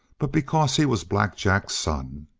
but because he was black jack's son!